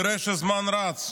אני רואה שהזמן רץ.